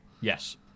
Yes